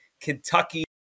Kentucky